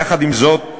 יחד עם זאת,